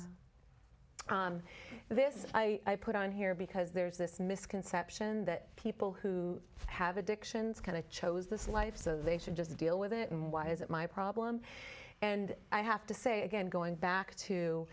this i put on here because there's this misconception that people who have addictions kind of chose this life so they should just deal with it and why is it my problem and i have to say again going back to